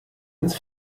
ins